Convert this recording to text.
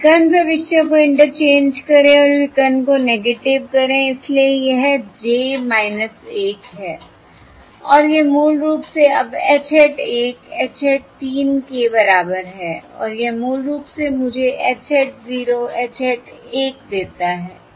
तो विकर्ण प्रविष्टियों को इंटरचेंज करें और विकर्ण को नेगेटिव करें इसलिए यह j 1 है और यह मूल रूप से अब H हैट 1 H हैट 3 के बराबर है और यह मूल रूप से मुझे h hat 0 h hat 1 देता है